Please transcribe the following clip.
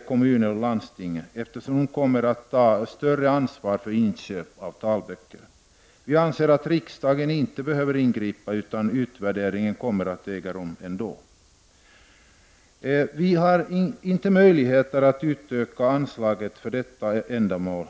kommuner och landsting, eftersom de kommer att ta större ansvar för inköp av talböcker. Vi anser att riksdagen inte behöver ingripa, eftersom utvärderingen ändå kommer att äga rum. Det finns inte möjligheter att nu utöka anslaget för detta ändamål.